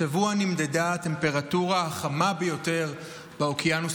השבוע נמדדה הטמפרטורה החמה ביותר באוקיינוס